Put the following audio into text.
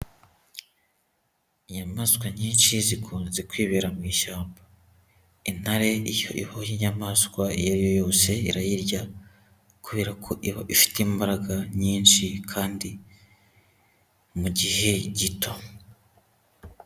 Inyamaswa nyinshi zikunze kwibera mu ishyamba, intare iyo iboye inyamaswa iyo ari yo yose irayirya, kubera ko iba ifite imbaraga nyinshi kandi mu gihe gito.